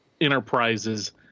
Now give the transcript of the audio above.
enterprises